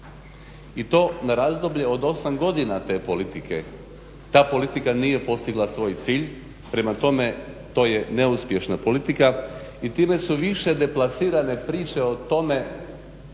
i to na razdoblje od 8 godina te politike ta politika nije postigla svoj cilj. Prema tome to je neuspješna politika i time su više deplasirane priče o tome